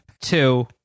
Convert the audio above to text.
Two